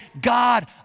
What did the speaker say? God